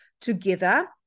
together